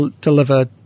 deliver